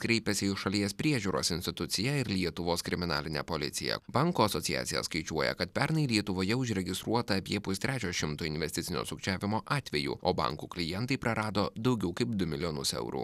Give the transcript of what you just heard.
kreipėsi į šalies priežiūros instituciją ir lietuvos kriminalinę policiją bankų asociacija skaičiuoja kad pernai lietuvoje užregistruota apie pustrečio šimto investicinio sukčiavimo atvejų o bankų klientai prarado daugiau kaip du milijonus eurų